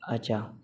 अच्छा